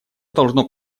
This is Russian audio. должно